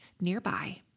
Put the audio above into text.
nearby